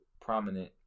prominent